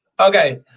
Okay